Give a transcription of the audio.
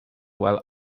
while